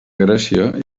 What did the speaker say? grècia